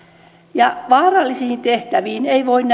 ja vaarallisiin tehtäviin ei voi